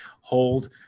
hold